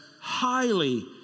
highly